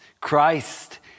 Christ